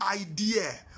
idea